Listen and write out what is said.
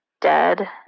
dead